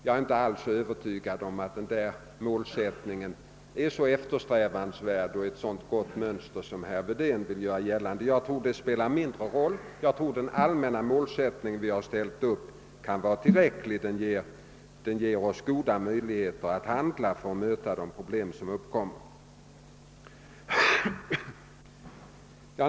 Jag är inte alls övertygad om: att denna målsättning är så eftersträvansvärd och utgör ett sådant gott mönster som herr Wedén vill på stå. Jag tror att den har mindre betydelse och att den allmänna målsättning vi ställt upp kan vara tillräcklig. Den ger oss goda möjligheter att handla för att möta de problem som uppkommer.